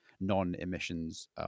non-emissions